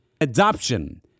adoption